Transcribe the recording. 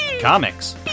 comics